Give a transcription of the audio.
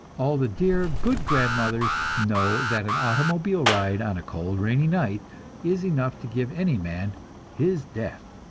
all the dear, good grandmothers know that an automobile ride on a cold, rainy night is enough to give any man his death.